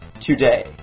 today